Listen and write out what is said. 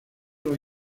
los